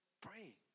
pray